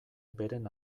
beren